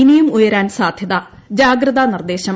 ഇനിയും ഉയരാൻ സാധൃത ജാഗ്രതാ നിർദ്ദേശം